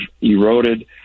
eroded